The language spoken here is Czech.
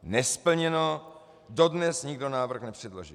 Nesplněno, dodnes nikdo návrh nepředložil.